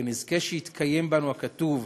ונזכה שיתקיים בנו הכתוב: